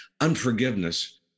unforgiveness